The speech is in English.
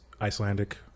Icelandic